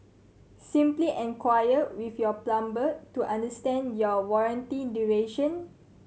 simply enquire with your plumber to understand your warranty duration